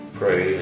pray